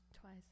Twice